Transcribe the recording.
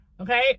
okay